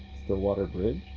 stillwater bridge?